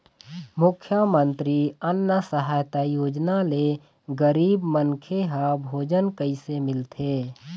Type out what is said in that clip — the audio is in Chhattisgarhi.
मुख्यमंतरी अन्न सहायता योजना ले गरीब मनखे ह भोजन कइसे मिलथे?